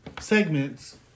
segments